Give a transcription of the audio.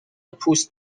پوست